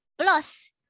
plus